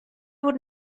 would